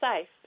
safe